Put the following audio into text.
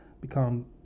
become